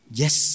yes